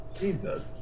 Jesus